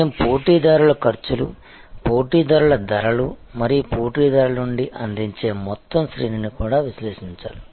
మేము పోటీదారుల ఖర్చులు పోటీదారుల ధరలు మరియు పోటీదారుల నుండి అందించే మొత్తం శ్రేణిని కూడా విశ్లేషించాలి